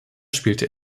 spielte